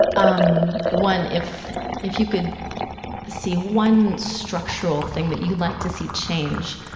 um, one, if if you could see one structural thing that you'd like to see changed,